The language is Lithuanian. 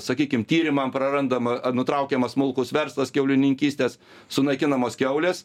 sakykim tyrimam prarandama nutraukiamas smulkus verslas kiaulininkystės sunaikinamos kiaulės